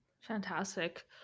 Fantastic